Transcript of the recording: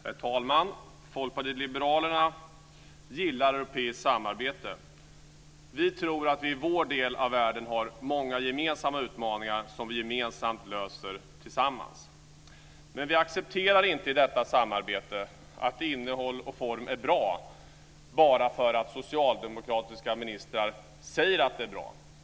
Herr talman! Folkpartiet liberalerna gillar europeiskt samarbete. Vi tror att vi i vår del av världen har många gemensamma utmaningar som vi löser tillsammans. Men vi accepterar inte i detta samarbete att innehåll och form är bra bara för att socialdemokratiska ministrar säger att det är bra.